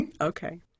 Okay